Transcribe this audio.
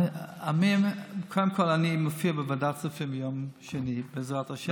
אני מופיע בוועדת הכספים ביום שני, בעזרת השם.